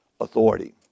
authority